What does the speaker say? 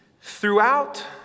Throughout